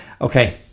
okay